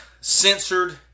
censored